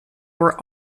were